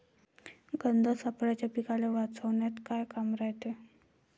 गंध सापळ्याचं पीकाले वाचवन्यात का काम रायते?